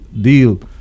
deal